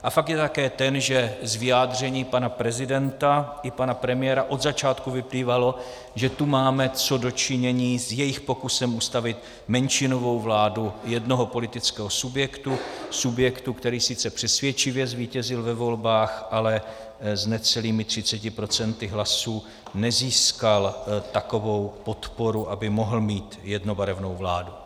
A fakt je také ten, že z vyjádření pana prezidenta i pana premiéra od začátku vyplývalo, že tu máme co do činění s jejich pokusem ustavit menšinovou vládu jednoho politického subjektu, subjektu, který sice přesvědčivě zvítězil ve volbách, ale s necelými 30 % hlasů nezískal takovou podporu, aby mohl mít jednobarevnou vládu.